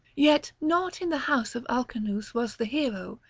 yet not in the house of alcinous was the hero,